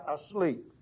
asleep